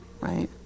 right